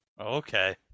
Okay